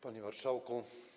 Panie Marszałku!